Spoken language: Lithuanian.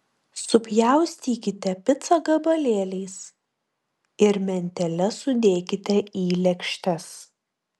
supjaustykite picą gabalėliais ir mentele sudėkite į lėkštes